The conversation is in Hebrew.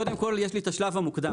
קודם כל, יש לי את השלב המוקדם.